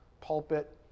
pulpit